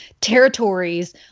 territories